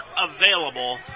available